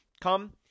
come